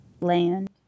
land